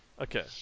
Okay